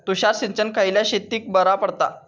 तुषार सिंचन खयल्या शेतीक बरा पडता?